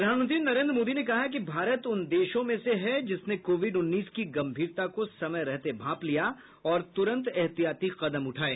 प्रधानमंत्री नरेन्द्र मोदी ने कहा है कि भारत उन देशों में से है जिसने कोविड उन्नीस की गंभीरता को समय रहते भांप लिया और तुरंत एहतियाती कदम उठाये